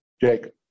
Jacob